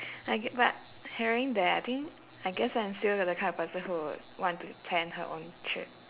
like but hearing that I think I guess I'm still the kind of person who would want to plan her own trip